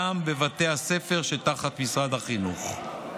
גם בבתי הספר שתחת משרד החינוך.